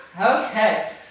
okay